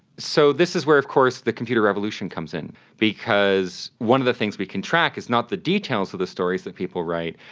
so this is where of course the computer revolution comes in because one of the things we can track is not the details of the stories that people write,